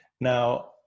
Now